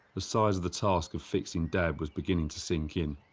the size of the task of fixing dad was beginning to sink in.